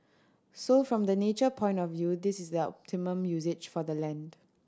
so from the nature point of view this is the optimum usage for the land